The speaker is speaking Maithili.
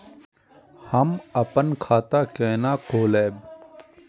हम अपन खाता केना खोलैब?